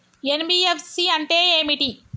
NBFC అంటే ఏమిటి?